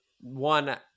one